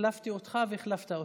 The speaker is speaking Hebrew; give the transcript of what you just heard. החלפתי אותך והחלפת אותי.